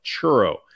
churro